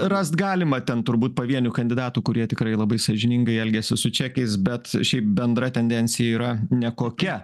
rast galima ten turbūt pavienių kandidatų kurie tikrai labai sąžiningai elgėsi su čekais bet šiaip bendra tendencija yra nekokia